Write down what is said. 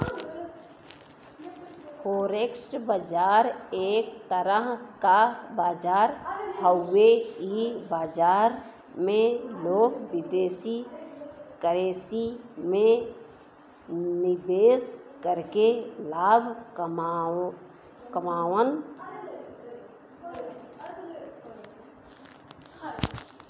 forex बाजार एक तरह क बाजार हउवे इ बाजार में लोग विदेशी करेंसी में निवेश करके लाभ कमावलन